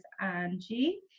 Angie